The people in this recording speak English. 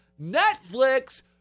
Netflix